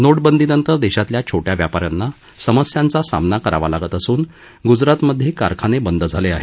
note बंदी नंतर देशातल्या छोट्या व्यापा यांना समस्यांचा सामना करावा लागत असून ग्जरातमध्ये कारखाने बंद झालं आहेत